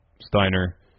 Steiner